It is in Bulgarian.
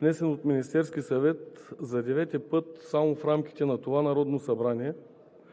внесен от Министерския съвет за девети път само в рамките на това Народно събрание,